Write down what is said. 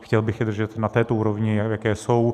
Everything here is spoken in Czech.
Chtěl bych je držet na této úrovni, v jaké jsou.